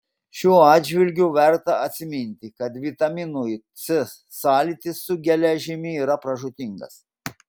šiuo atžvilgiu verta atsiminti kad vitaminui c sąlytis su geležimi yra pražūtingas